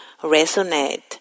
resonate